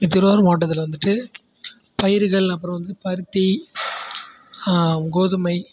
திருவாரூர் மாவட்டத்தில் வந்துட்டு பயிர்கள் அப்புறம் வந்து பருத்தி கோதுமை